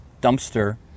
dumpster